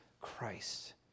Christ